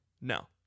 No